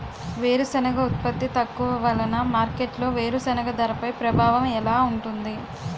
వేరుసెనగ ఉత్పత్తి తక్కువ వలన మార్కెట్లో వేరుసెనగ ధరపై ప్రభావం ఎలా ఉంటుంది?